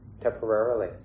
temporarily